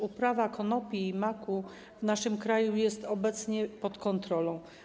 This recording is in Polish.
Uprawa konopi i maku w naszym kraju jest obecnie pod kontrolą.